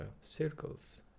circles